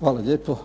Hvala lijepo.